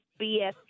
BS